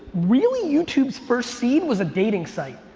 really youtube's first seed was a dating site,